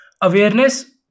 Awareness